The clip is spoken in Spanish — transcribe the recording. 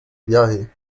viaje